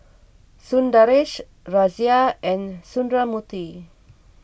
Sundaresh Razia and Sundramoorthy